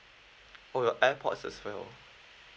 oh your airpods as well